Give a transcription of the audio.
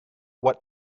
what